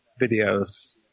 videos